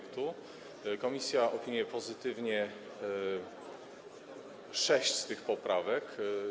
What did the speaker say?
Komisja opiniuje pozytywnie sześć z tych poprawek.